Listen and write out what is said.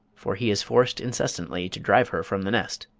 for he is forced incessantly to drive her from the nest.